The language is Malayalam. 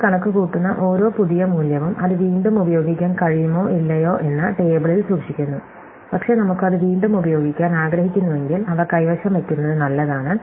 നമ്മൾ കണക്കുകൂട്ടുന്ന ഓരോ പുതിയ മൂല്യവും അത് വീണ്ടും ഉപയോഗിക്കാൻ കഴിയുമോ ഇല്ലയോ എന്ന് ടേബിളിൽ സൂക്ഷിക്കുന്നു പക്ഷേ നമുക്ക് അത് വീണ്ടും ഉപയോഗിക്കാൻ ആഗ്രഹിക്കുന്നുവെങ്കിൽ അവ കൈവശം വയ്ക്കുന്നത് നല്ലതാണ്